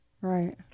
Right